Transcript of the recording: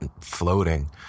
floating